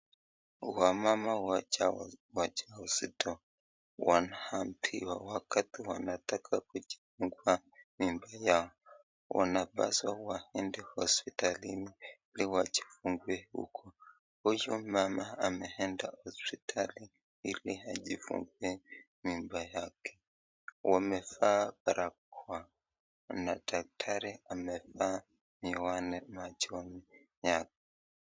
Wamama wajauzito wanaambiwa wakati wanataka kujifungua mimba yao wanapaswa waende hospitalini hili wajifungue huko, huyu mama amenda hospitali hili ajifungue mimba yake amevaa barakoa na daktari amevaa miwani machoni yake.